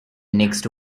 next